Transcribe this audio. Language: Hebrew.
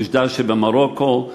באוג'דה שבמרוקו,